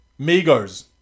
Migos